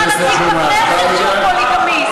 יש לך נציג בכנסת שהוא פוליגמיסט.